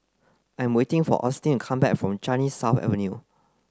I'm waiting for Austin come back from Changi South Avenue